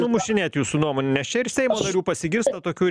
numušinėt jūsų nuomone nes čia ir seimo narių pasigirsta tokių ir